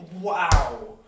Wow